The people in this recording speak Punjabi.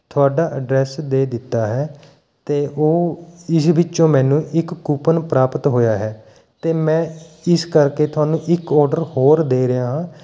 ਤੁਹਾਡਾ ਐਡਰੈੱਸ ਦੇ ਦਿੱਤਾ ਹੈ ਅਤੇ ਉਹ ਇਸ ਵਿੱਚੋਂ ਮੈਨੂੰ ਇੱਕ ਕੁਪਨ ਪ੍ਰਾਪਤ ਹੋਇਆ ਹੈ ਅਤੇ ਮੈਂ ਇਸ ਕਰਕੇ ਤੁਹਾਨੂੰ ਇੱਕ ਓਡਰ ਹੋਰ ਦੇ ਰਿਹਾ ਹਾਂ